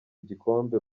igikombe